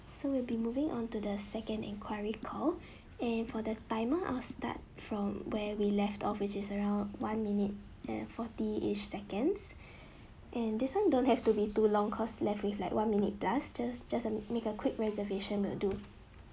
so we'll be moving on to the second enquiry call and for the timer I'll start from where we left off which is around one minute and forty ish seconds and this one don't have to be too long cause left with like one minute plus just just make a quick reservation will do